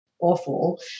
awful